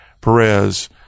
Perez